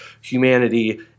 humanity